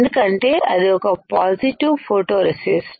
ఎందుకంటే ఇది ఒక పాజిటివ్ ఫోటోరెసిస్ట్